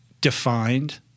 defined